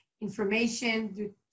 information